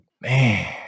Man